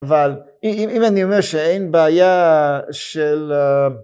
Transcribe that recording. אבל אם אני אומר שאין בעיה של